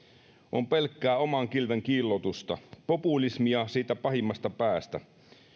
on pelkkää oman kilven kiillotusta populismia siitä pahimmasta päästä